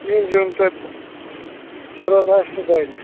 یہِ زیُن تۄہہِ ضروٗرت آسوٕ سُہ بَنہِ